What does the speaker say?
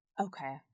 Okay